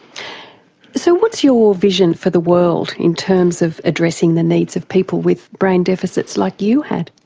so what's your vision for the world in terms of addressing the needs of people with brain deficits like you had?